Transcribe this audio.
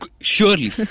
Surely